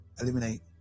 eliminate